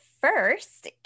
first